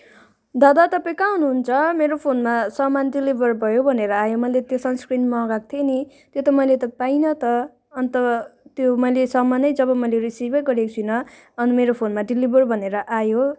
दादा तपाईँ कहाँ हुनुहुन्छ मेरो फोनमा सामान डेलिभर भयो भनेर आयो मैले त्यो सन्सक्रिन मगाएको थिएँ नि त्यो त मैले त पाइनँ त अन्त त्यो मैले सामान नै जब मैले रिसिभै गरेको छुइनँ अनि मेरो फोनमा डेलिभर भनेर आयो